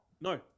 no